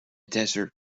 desert